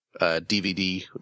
DVD